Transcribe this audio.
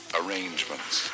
arrangements